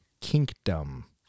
Kingdom